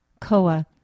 COA